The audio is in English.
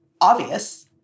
obvious